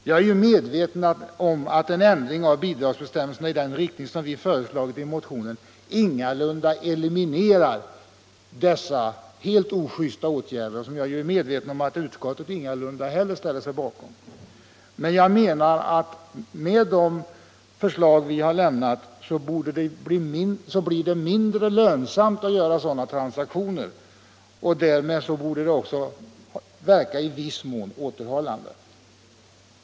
Jag är medveten om att en ändring av bidragsbestämmelserna i den riktning som vi föreslagit i motionen ingalunda eliminerar dessa ojusta åtgärder, som naturligtvis utskottet ingalunda ställer sig bakom. Men jag menar att enligt våra förslag blir det mindre lönsamt att göra sådana här transaktioner, och därmed borde ett system av detta slag också verka i viss mån återhållande.